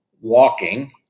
walking